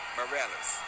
Morales